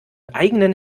eigenen